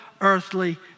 earthly